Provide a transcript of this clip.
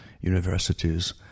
universities